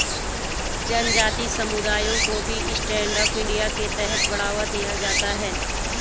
जनजाति समुदायों को भी स्टैण्ड अप इंडिया के तहत बढ़ावा दिया जाता है